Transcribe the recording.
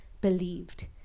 believed